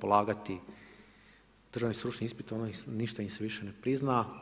polagati državni stručni ispit, ništa im se više ne prizna.